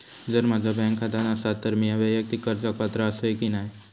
जर माझा बँक खाता नसात तर मीया वैयक्तिक कर्जाक पात्र आसय की नाय?